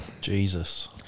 Jesus